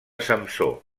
samsó